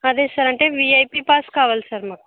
అదే సార్ అంటే VIP pass కావాలి సార్ మాకు